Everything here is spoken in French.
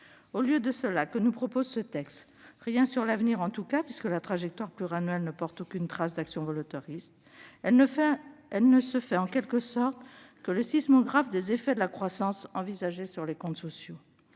Au lieu de cela, que nous propose ce texte ? Rien sur l'avenir, en tout cas, puisque la trajectoire pluriannuelle ne porte aucune trace d'action volontariste. Elle ne se fait en quelque sorte que le sismographe des effets de la croissance envisagée sur les comptes sociaux.